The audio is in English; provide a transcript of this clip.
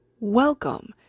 Welcome